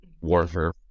warfare